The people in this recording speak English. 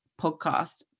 podcast